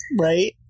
Right